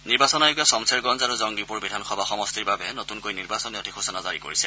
নিৰ্বাচন আয়োগে ছমছেৰগঞ্জ আৰু জঙ্গীপুৰ বিধানসভা সমষ্টিৰ বাবে নতুনকৈ নিৰ্বাচনী অধিসূচনা জাৰি কৰিছে